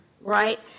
right